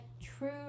true